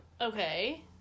Okay